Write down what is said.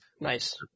Nice